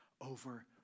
over